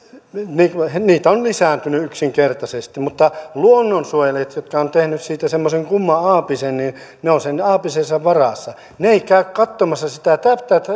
määrää se on lisääntynyt yksinkertaisesti mutta luonnonsuojelijat jotka ovat tehneet siitä semmoisen kumman aapisen ovat sen aapisensa varassa he eivät käy katsomassa